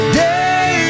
day